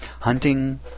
hunting